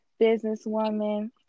businesswoman